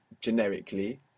generically